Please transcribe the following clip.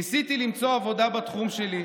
ניסיתי למצוא עבודה בתחום שלי,